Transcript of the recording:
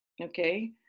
Okay